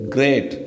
Great